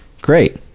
Great